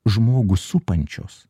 žmogų supančios